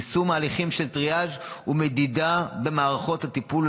יישום תהליכים של טריאז' ומדידה במערכות הטיפול,